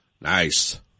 Nice